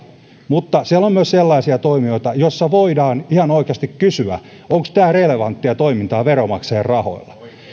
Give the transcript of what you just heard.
mutta siellä on myös sellaisia toimijoita joista voidaan ihan oikeasti kysyä onko tämä relevanttia toimintaa veronmaksajien rahoilla